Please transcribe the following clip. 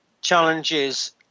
challenges